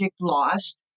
lost